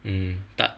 嗯大